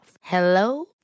Hello